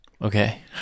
Okay